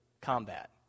combat